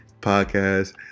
podcast